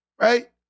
right